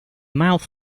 mouth